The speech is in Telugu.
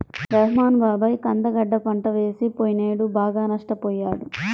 రెహ్మాన్ బాబాయి కంద గడ్డ పంట వేసి పొయ్యినేడు బాగా నష్టపొయ్యాడు